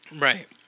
Right